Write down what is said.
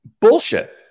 bullshit